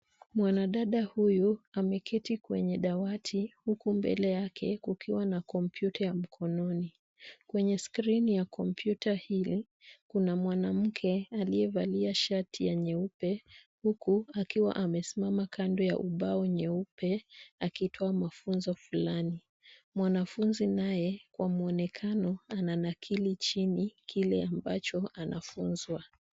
Mwanadada huyu ameketi kwenye dawati huku mbele yake kukiwa na kompyuta ya mkononi. Kwenye skrini ya kompyuta hii kuna mwanamke aliyevalia shati ya nyeupe huku akiwa amesimama kando ya ubao nyeupe akitoa mafunzo fulani. Mwanafunzi naye, kwa mwonekano ananakili chini kile ambacho anafunzwa.